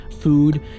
food